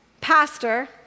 Pastor